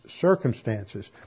circumstances